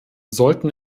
sollten